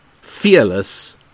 fearless